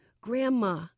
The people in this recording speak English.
Grandma